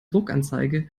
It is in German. druckanzeige